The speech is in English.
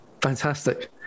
Fantastic